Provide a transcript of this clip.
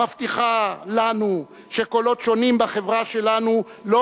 המבטיחה לנו שקולות שונים בחברה שלנו לא